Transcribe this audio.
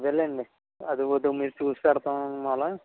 అదేలేండి అది వద్దు మీరు చూసి పెడతా మరల